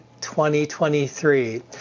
2023